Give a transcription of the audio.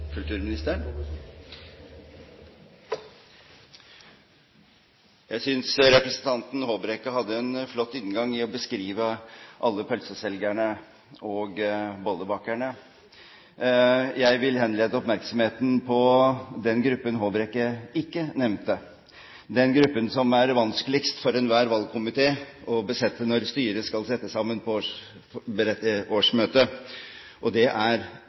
Håbrekke hadde en flott inngang ved å beskrive alle pølseselgerne og bollebakerne. Jeg vil henlede oppmerksomheten på den gruppen Håbrekke ikke nevnte, den gruppen som er vanskeligst for enhver valgkomité å besette når styret skal sette sammen årsmøtet, og det er